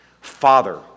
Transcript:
Father